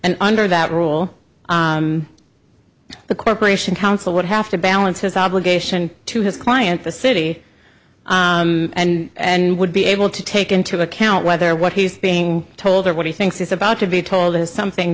and under that rule the corporation counsel would have to balance his obligation to his client the city and would be able to take into account whether what he's being told or what he thinks he's about to be told is something